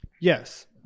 Yes